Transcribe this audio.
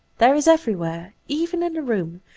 there is everywhere, even in a room,